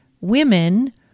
women